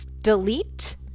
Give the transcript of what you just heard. delete